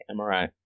MRI